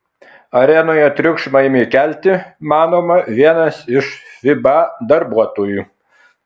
arenoje triukšmą ėmė kelti manoma vienas iš fiba darbuotojų